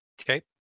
Okay